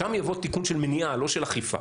שם יבוא תיקון של מניעה, לא של אכיפה.